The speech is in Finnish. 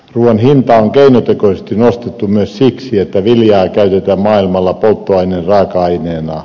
ruuan hintaa on keinotekoisesti nostettu myös siksi että viljaa ei käytetä maailmalla polttoaineen raaka aineena